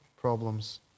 problems